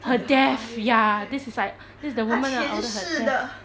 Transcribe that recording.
her death ya this is like this is the woman lah ordered her death